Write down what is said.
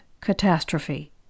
catastrophe